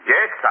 Yes